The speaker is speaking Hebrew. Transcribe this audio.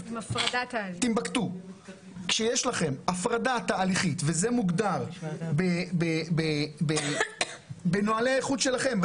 בטימבקטו כשיש לכם הפרדה תהליכית וזה מוגדר בנהלי האיכות שלכם,